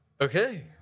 Okay